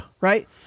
Right